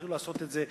תתחילו לעשות את זה.